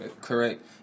correct